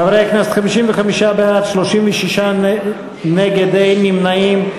חברי הכנסת, 55 בעד, 36 נגד, אין נמנעים.